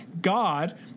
God